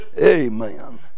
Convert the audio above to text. Amen